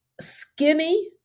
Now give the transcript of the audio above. skinny